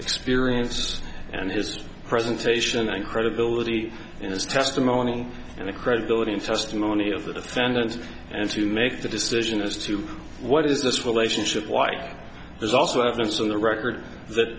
experience and his presentation and credibility in his testimony and the credibility in first money of the defendant and to make the decision as to what is this relationship why there's also evidence on the record that